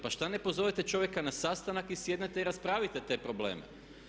Pa što ne pozovete čovjeka na sastanak i sjednete i raspravite te probleme.